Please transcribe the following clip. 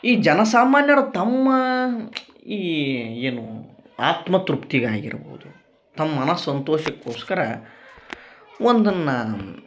ಈ ಜನಸಾಮಾನ್ಯರು ತಮ್ಮ ಈ ಏನೂ ಆತ್ಮತೃಪ್ತಿಗೆ ಆಗಿರ್ಬೋದು ತಮ್ಮ ಮನ ಸಂತೋಷಕ್ಕೋಸ್ಕರ ಒಂದನ್ನ